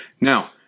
Now